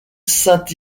saint